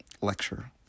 lecture